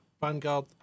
Vanguard